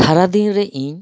ᱥᱟᱨᱟ ᱫᱤᱱ ᱨᱮ ᱤᱧ